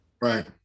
right